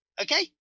Okay